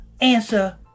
answer